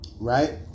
Right